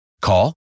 Call